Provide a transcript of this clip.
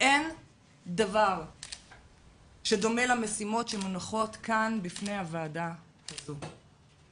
אין דבר שדומה למשימות שמונחות כאן בפני הוועדה הזו.